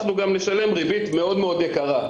אנחנו גם נשלם ריבית מאוד מאוד יקרה.